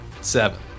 seven